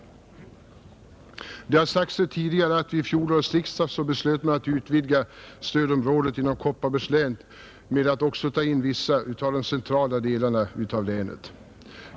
Nr 77 Som tidigare i denna debatt sagts beslöts det vid fjolårets riksdag att Onsdagen den utvidga stödområdet inom Kopparbergs län genom att också ta in vissa S maj 1971 centrala delar av länet.